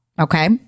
Okay